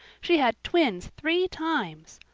she had twins three times.